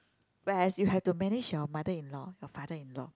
where as you have to manage your mother in law your father in law